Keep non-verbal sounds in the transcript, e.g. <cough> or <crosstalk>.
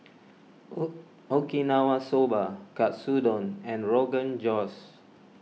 <unintelligible> Okinawa Soba Katsudon and Rogan Josh